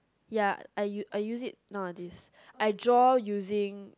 ya I use I use it nowadays I draw using